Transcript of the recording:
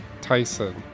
Tyson